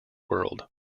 world